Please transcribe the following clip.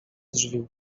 drzwi